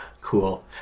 Cool